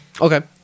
okay